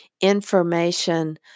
information